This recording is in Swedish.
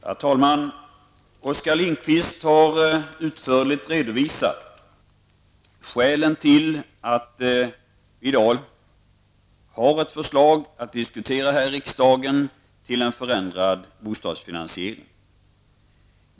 Herr talman! Oskar Lindkvist har utförligt redovisat skälen till att vi här i riksdagen i dag kan diskutera ett förslag om en förändrad bostadsfinansiering.